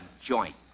joint